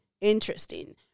interesting